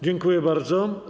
Dziękuję bardzo.